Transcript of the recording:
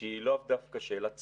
שהיא לאו דווקא שאלה צבאית.